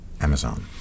Amazon